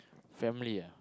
family ah